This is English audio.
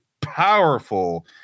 powerful